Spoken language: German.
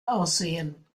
aussehen